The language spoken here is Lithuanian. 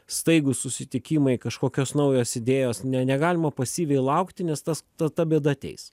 staigūs susitikimai kažkokios naujos idėjos ne negalima pasyviai laukti nes tas ta ta bėda ateis